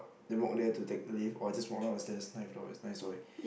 then walk there to take lift or I just walk down the stairs ninth floor is nine storey